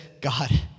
God